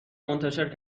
منتشر